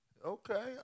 Okay